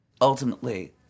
ultimately